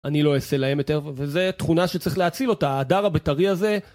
אני לא אעשה להם יותר, וזו תכונה שצריך להציל אותה, ההדר הבית"רי הזה